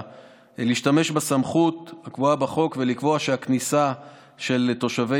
להשתמש בסמכות הקבועה בחוק ולקבוע שהכניסה של תושבי